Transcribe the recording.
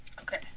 Okay